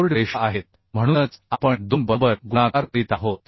board रेषा आहेत म्हणूनच आपण 2 बरोबर गुणाकार करीत आहोत